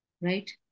Right